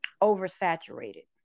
oversaturated